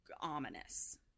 ominous